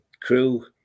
Crew